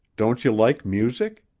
don't you like music?